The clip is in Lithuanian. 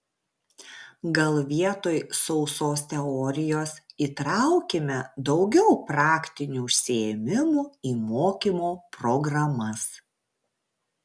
gal vietoj sausos teorijos įtraukime daugiau praktinių užsiėmimų į mokymo programas